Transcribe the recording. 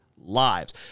lives